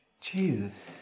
Jesus